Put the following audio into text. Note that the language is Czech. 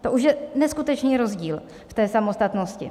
To už je neskutečný rozdíl v té samostatnosti.